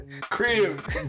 Crib